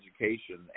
education